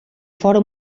fora